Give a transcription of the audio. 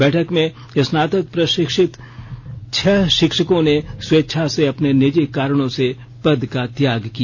बैठक में स्नातक प्रशिक्षित छह शिक्षकों ने स्वेच्छा से अपने निजी कारणों से पद का त्याग किया